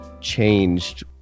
changed